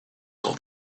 saw